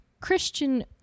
Christian